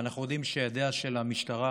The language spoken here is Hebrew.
ואנחנו יודעים שהידיים של המשטרה